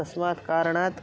तस्मात् कारणात्